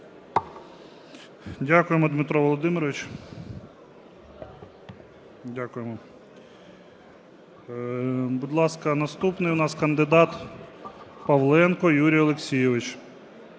Дякуємо, Дмитре Володимировичу. Дякуємо. Будь ласка, наступний у нас кандидат Павленко Юрій Олексійович.